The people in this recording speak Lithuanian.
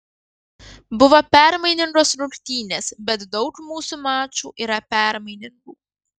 buvo permainingos rungtynės bet daug mūsų mačų yra permainingų